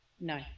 No